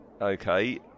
Okay